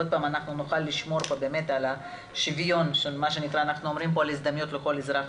עוד פעם נוכל לשמור פה על שוויון ההזדמנויות לכל אזרח,